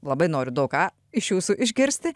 labai noriu daug ką iš jūsų išgirsti